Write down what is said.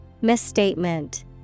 Misstatement